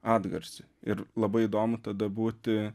atgarsį ir labai įdomu tada būti